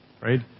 right